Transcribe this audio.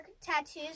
tattoos